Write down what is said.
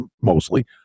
mostly